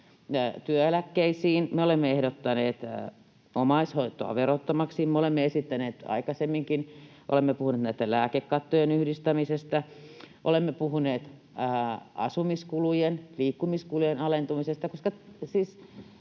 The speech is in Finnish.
työeläkkeisiin. Me olemme ehdottaneet omaishoitoa verottomaksi, sitä me olemme esittäneet aikaisemminkin. Olemme puhuneet näiden lääkekattojen yhdistämisestä. Olemme puhuneet asumiskulujen, liikkumiskulujen alentamisesta. Siis